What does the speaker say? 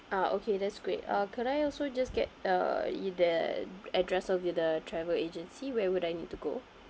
ah okay that's great uh could I also just get uh e~ the address of the travel agency where would I need to go